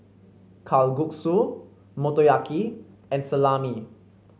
Kalguksu Motoyaki and Salami